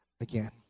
again